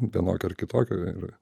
vienokio ar kitokio ir